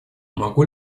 могу